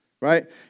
Right